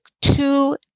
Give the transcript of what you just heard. two